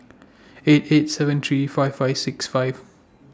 eight eight seven three five five six five